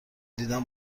دیدم